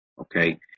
Okay